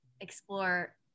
explore